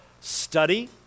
study